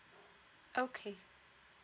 okay